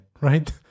right